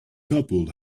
couple